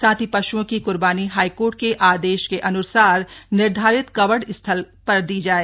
साथ ही पश्ओं की क्र्बानी हाईकोर्ट के आदेश के अनुसार निर्धारित कवर्ड स्थल की जाए